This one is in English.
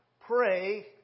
pray